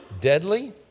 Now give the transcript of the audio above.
deadly